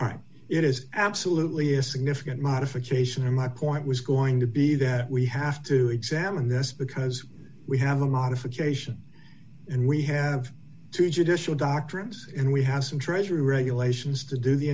right it is absolutely a significant modification of my point was going to be that we have to examine this because we have a modification and we have to judicial doctrines and we have some treasury regulations to do the